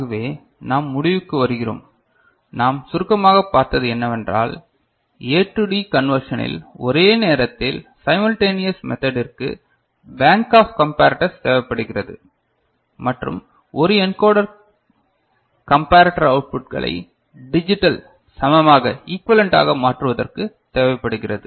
ஆகவே நாம் முடிவுக்கு வருகிறோம் நாம் சுருக்கமாக பார்த்தது என்னவென்றால் ஏ டு டி கண்வெர்ஷனில் ஒரே நேரத்தில் சைமல்டென்னியஸ் மெத்தட்டிற்கு பேங்க் ஆப் கம்பரட்டர்ஸ் தேவைப்படுகிறது மற்றும் ஒரு என்கோடர் கம்பரட்டர் அவுட்புட்களை டிஜிட்டல் சமமாக ஈகுவலென்ட் ஆக மாற்றுவதற்கு தேவைப்படுகிறது